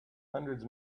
hundreds